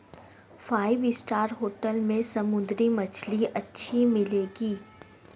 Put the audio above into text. five star hotel में समुद्री मछली अच्छी मिलेंगी